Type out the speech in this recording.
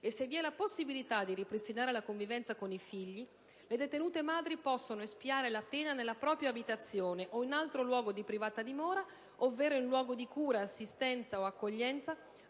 e se vi è la possibilità di ripristinare la convivenza con i figli, le detenute madri possano espiare la pena nella propria abitazione o in altro luogo di privata dimora, ovvero in luogo di cura, assistenza o accoglienza,